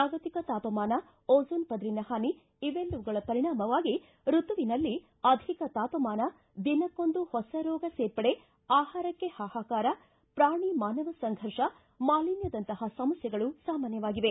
ಜಾಗತಿಕ ತಾಪಮಾನ ಓಜೋನ್ ಪದರಿನ ಹಾನಿ ಇವೆಲ್ಲವುಗಳ ಪರಿಣಾಮವಾಗಿ ಋತುವಿನಲ್ಲಿ ಅಧಿಕ ತಾಪಮಾನ ದಿನಕ್ಕೊಂದು ಹೊಸ ರೋಗ ಸೇರ್ಪಡೆ ಆಹಾರಕ್ಕೆ ಹಾಹಾಕಾರ ಪ್ರಾಣಿ ಮಾನವ ಸಂಫರ್ಷ ಮಾಲಿನ್ಯದಂತಪ ಸಮಸ್ಯೆಗಳು ಸಾಮಾನ್ಯವಾಗಿವೆ